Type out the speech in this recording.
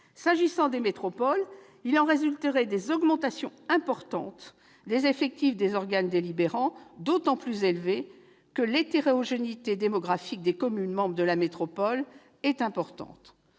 S'agissant des métropoles, il en résulterait des augmentations des effectifs des organes délibérants d'autant plus élevées que l'hétérogénéité démographique des communes membres de la métropole est importante.